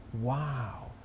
wow